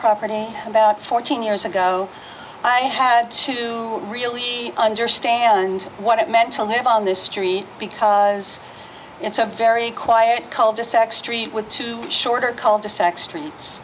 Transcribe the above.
property about fourteen years ago i had to really understand what it meant to live on this street because it's a very quiet cul de sac street with two shorter cul de sac streets